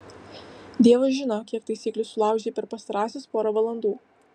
dievas žino kiek taisyklių sulaužei per pastarąsias porą valandų